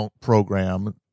program